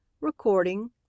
Recording